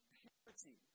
purity